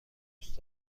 دوست